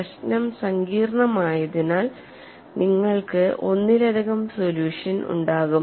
പ്രശ്നം സങ്കീർണ്ണമായതിനാൽ നിങ്ങൾക്ക് ഒന്നിലധികം സൊല്യൂഷൻ ഉണ്ടാകും